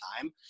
time